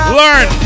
learn